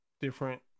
different